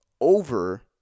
over